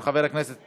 של חבר הכנסת